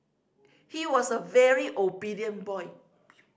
he was a very obedient boy